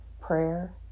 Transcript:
prayer